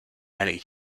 many